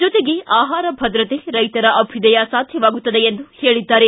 ಜೊತೆಗೆ ಆಹಾರ ಭದ್ರತೆ ರೈತರ ಅಭ್ಯದಯ ಸಾಧ್ಯವಾಗುತ್ತದೆ ಎಂದು ಅವರು ಹೇಳಿದರು